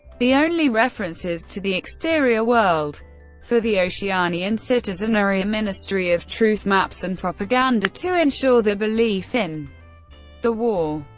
the only references to the exterior world for the oceanian citizenry are ministry of truth maps and propaganda to ensure their belief in the war.